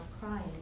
crying